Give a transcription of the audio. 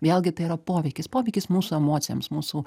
vėlgi tai yra poveikis poveikis mūsų emocijoms mūsų